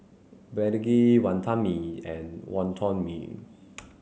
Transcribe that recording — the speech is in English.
Begedil Wantan Mee and Wonton Mee